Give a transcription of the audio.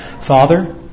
Father